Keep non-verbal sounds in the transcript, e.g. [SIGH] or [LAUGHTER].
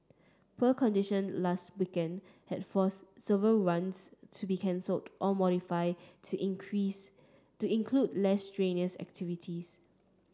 poor condition last weekend had forced several runs to be cancelled or modified to [UNINTELLIGIBLE] to include less strenuous activities